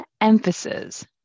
emphasis